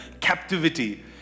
captivity